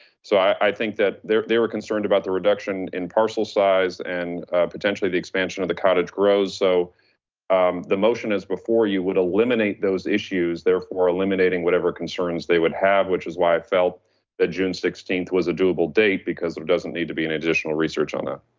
so i think that, they were concerned about the reduction in parcel size and potentially the expansion of the cottage grows. so um the motion is before you would eliminate those issues, therefore eliminating whatever concerns they would have, which is why i felt that june sixteenth was a doable date because there doesn't need to be any additional research on that.